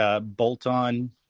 bolt-on